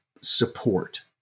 support